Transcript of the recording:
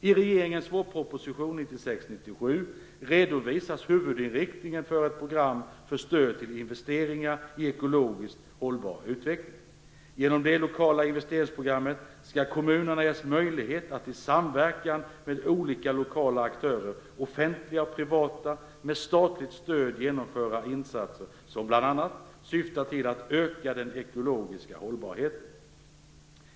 I regeringens vårproposition redovisas huvudinriktningen för ett program för stöd till investeringar i ekologiskt hållbar utveckling. Genom de lokala investeringsprogrammen skall kommunerna ges möjligheter att i samverkan med olika lokala aktörer, offentliga och privata, med statligt stöd genomföra insatser som bl.a. syftar till att öka den ekologiska hållbarheten.